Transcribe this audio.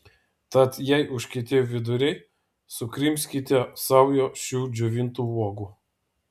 tad jei užkietėjo viduriai sukrimskite saują šių džiovintų uogų